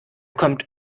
kommt